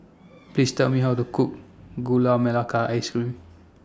Please Tell Me How to Cook Gula Melaka Ice Cream